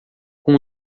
com